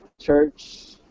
church